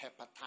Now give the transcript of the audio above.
hepatitis